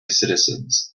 citizens